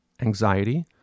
anxiety